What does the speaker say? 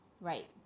right